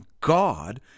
God